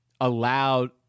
allowed